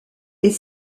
est